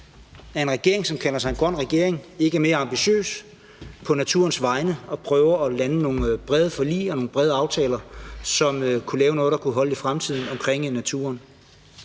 at en regering, som kalder sig en grøn regering, ikke er mere ambitiøs på naturens vegne og prøver at lande nogle brede forlig og nogle brede aftaler, som kunne holde i fremtiden, omkring naturen.